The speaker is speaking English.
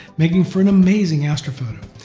making for an amazing astrophoto.